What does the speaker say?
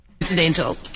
Incidental